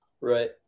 Right